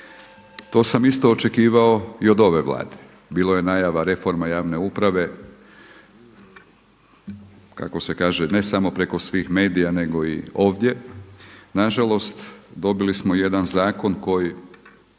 To sam isto očekivao i od ova Vlade. Bilo je najava reforma javne uprave kako se kaže, ne samo preko svih medija nego i ovdje, nažalost dobili smo jedan zakon koji